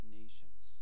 nations